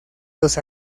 los